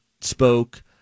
spoke